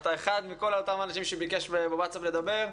אתה אחד מכל אותם אנשים שביקש בוואטסאפ לדבר,